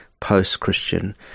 post-Christian